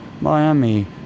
Miami